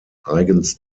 eigens